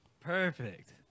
Perfect